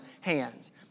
hands